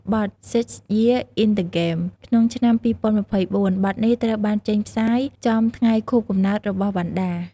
បទ "6 YEARS IN THE GAME" ក្នុង ឆ្នាំ២០២៤ បទនេះត្រូវបានចេញផ្សាយចំថ្ងៃខួបកំណើតរបស់វណ្ណដា។